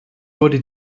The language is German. wurde